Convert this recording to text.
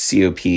COP